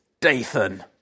Dathan